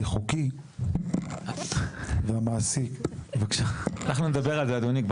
חוקי וכשהמעסיק --- אנחנו נדבר על זה אדוני,